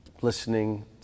listening